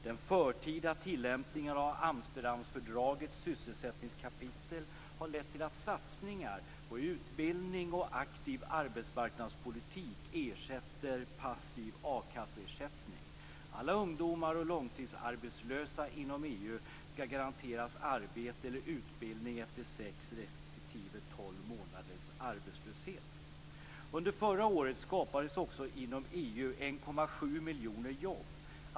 Den förtida tillämpningen av Amsterdamfördragets sysselsättningskapitel har lett till att satsningar på utbildning och aktiv arbetsmarknadspolitik ersätter passiv a-kasseersättning. Alla ungdomar och långtidsarbetslösa inom EU skall garanteras arbete eller utbildning efter sex respektive tolv månaders arbetslöshet. Under förra året skapades också inom EU 1,7 miljoner jobb.